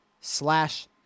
slash